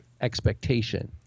expectation